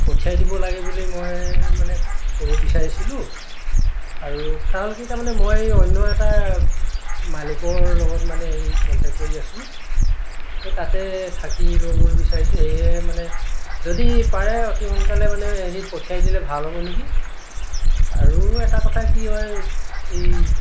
পঠিয়াই দিব লাগে বুলি মই মানে ক'ব বিচাৰিছিলোঁ আৰু কথা হ'ল কি তাৰমানে মই অন্য এটা মালিকৰ লগত মানে হেৰি কণ্টেক্ট কৰি আছো এই তাতে থাকি ল'বলৈ বিচাৰিছোঁ সেয়ে মানে যদি পাৰে অতি সোনকালে মানে হেৰি পঠিয়াই দিলে ভাল হ'ব নেকি আৰু এটা কথা কি হয় এই